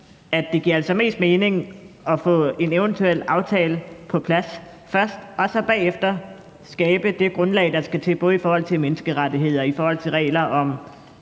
at det altså giver mest mening at få en eventuel aftale på plads først og så bagefter skabe det grundlag, der skal til, både i forhold til menneskerettigheder, regler om